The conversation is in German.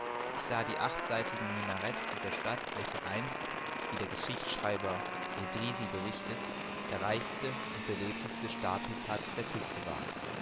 ich sah die achtseitigen minarets dieser stadt welche einst wie der geschichtschreiber edrisi berichtet der reichste und belebteste stapelplatz der küste war